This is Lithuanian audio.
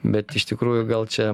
bet iš tikrųjų gal čia